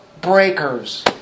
breakers